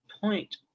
point